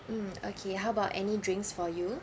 mm okay how about any drinks for you